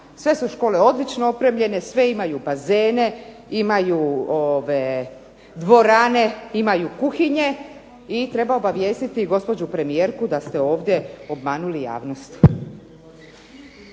Sve su škole odlično opremljene, sve imaju bazene, imaju dvorane, imaju kuhinje i treba obavijestiti gospođu premijerku da ste ovdje obmanuli javnost.